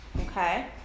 Okay